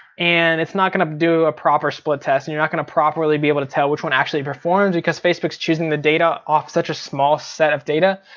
and it's not gonna do a proper split test. and you're not gonna properly be able to tell which one actually performed, because facebook's choosing the data off such a small set of data,